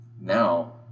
Now